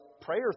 prayer